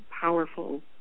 powerful